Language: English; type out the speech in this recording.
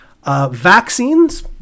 Vaccines